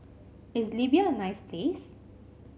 is Libya a nice place